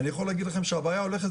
אני יכול להגיד לכם שהבעיה הולכת